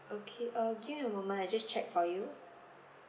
okay uh give me a moment I just check for you